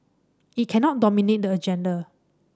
it cannot dominate the agenda